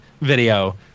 video